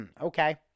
okay